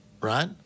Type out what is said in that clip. right